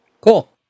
Cool